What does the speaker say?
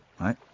right